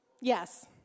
yes